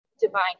divine